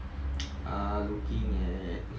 err looking at